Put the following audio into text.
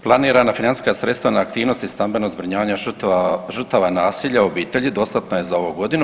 Planirana financijska sredstva na aktivnosti stambenog zbrinjavanja žrtava nasilja u obitelji dostatna je ovu godinu.